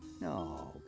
No